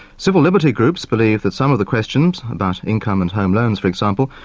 civil liberty groups believe that some of the questions about income and home loans, for example,